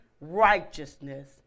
righteousness